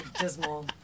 Dismal